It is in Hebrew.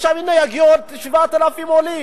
עכשיו, הנה יגיעו עוד 7,000 עולים.